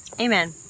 Amen